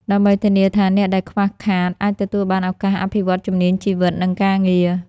ដើម្បីធានាថាអ្នកដែលខ្វះខាតអាចទទួលបានឱកាសអភិវឌ្ឍជំនាញជីវិត និងការងារ។